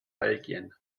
belgien